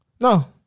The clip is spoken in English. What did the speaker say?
no